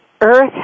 Earth